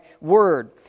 word